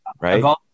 Right